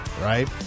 Right